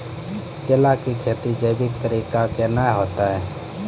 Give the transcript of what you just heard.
केला की खेती जैविक तरीका के ना होते?